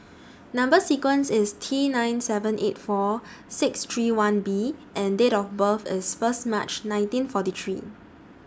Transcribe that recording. Number sequence IS T nine seven eight four six three one B and Date of birth IS First March nineteen forty three